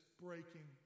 breaking